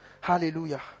Hallelujah